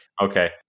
Okay